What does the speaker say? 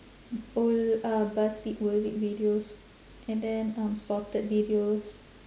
old uh buzzfeed worth it videos and then um sorted videos